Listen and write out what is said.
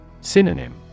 Synonym